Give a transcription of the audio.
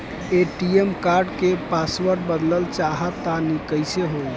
ATM card क password बदलल चाहा तानि कइसे होई?